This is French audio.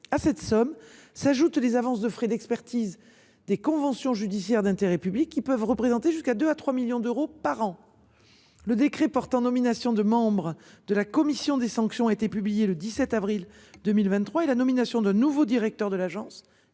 À cette somme s'ajoutent les avances de frais d'expertise des convention judiciaire d'intérêt public qui peuvent représenter jusqu'à 2 à 3 millions d'euros par an. Le décret portant nomination de membres de la commission des sanctions a été publié le 17 avril 2023 et la nomination d'un nouveau directeur de l'agence